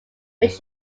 which